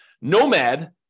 Nomad